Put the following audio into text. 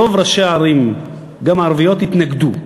רוב ראשי הערים, גם הערביות, התנגדו.